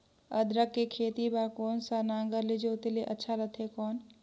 अदरक के खेती बार कोन सा नागर ले जोते ले अच्छा रथे कौन?